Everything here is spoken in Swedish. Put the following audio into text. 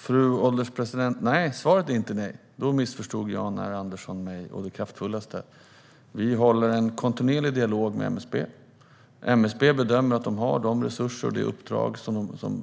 Fru ålderspresident! Nej, svaret är inte nej. Jan R Andersson missförstod mig å det kraftfullaste om han tror det. Vi håller en kontinuerlig dialog med MSB. MSB bedömer att de har de resurser och det uppdrag